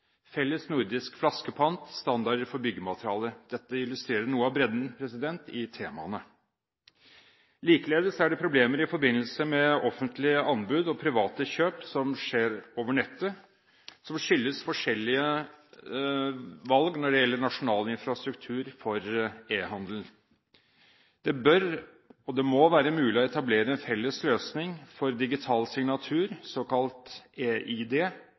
felles nordisk flaskepant og standarder for byggematerialer. Dette illustrerer noe av bredden i temaene. Likeledes er det problemer i forbindelse med offentlige anbud og private kjøp som skjer over nettet, som skyldes forskjellige valg når det gjelder nasjonal infrastruktur for e-handel. Det bør, og det må, være mulig å etablere en felles løsning for digital signatur, såkalt